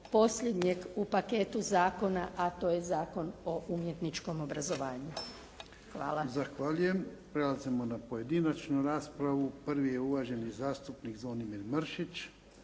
posljednjeg u paketu zakona, a to je Zakon o umjetničkom obrazovanju. **Jarnjak, Ivan (HDZ)** Zahvaljujem. Prelazimo na pojedinačnu raspravu. Prvi je uvaženi zastupnik Zvonimir Mršić.